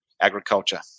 agriculture